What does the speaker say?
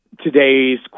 today's